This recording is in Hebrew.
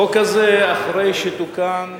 החוק הזה, אחרי שתוקן,